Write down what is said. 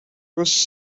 was